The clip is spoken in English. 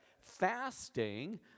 fasting